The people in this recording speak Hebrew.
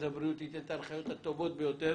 הבריאות ייתן את ההנחיות הטובות ביותר.